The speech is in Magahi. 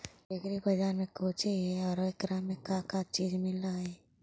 एग्री बाजार कोची हई और एकरा में का का चीज मिलै हई?